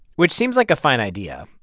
which seems like a fine idea,